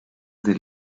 del